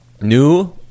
New